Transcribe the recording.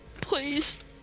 Please